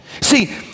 See